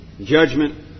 Judgment